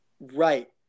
Right